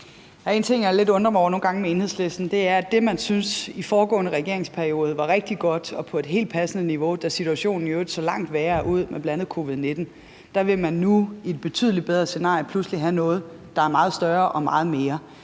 en ting, jeg undrer mig lidt over nogle gange med Enhedslisten. Det er det, at man i den foregående regeringsperiode syntes, noget var rigtig godt og på et helt passende niveau, da situationen i øvrigt så langt værre ud med bl.a. covid-19, og at man så nu i et betydelig bedre scenarie pludselig vil have noget, der er meget større og meget mere.